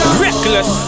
reckless